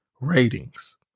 Ratings